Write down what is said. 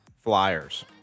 Flyers